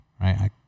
right